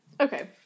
Okay